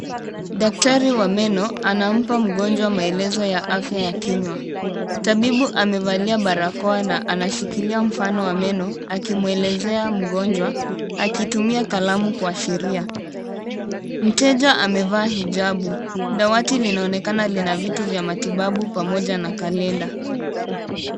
Daktari wa meno, anampa mgonjwa maelezo ya afya ya kinywa. Tabibu amevalia barakoa na anashikilia mfano wa meno akimwelezea mgonjwa akitumia kalamu kuashiria. Mteja amevaa hijabu. Dawati linaonekana lina vitu vya matibabu pamoja na kalenda.